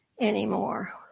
anymore